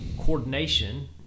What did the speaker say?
coordination